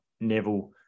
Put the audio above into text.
Neville